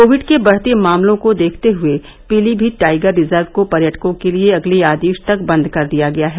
Covid के बढ़ते मामलों को देखते हुए पीलीभीत टाइगर रिजर्व को पर्यटकों के लिए अगले आदेश तक बंद कर दिया गया है